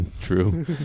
True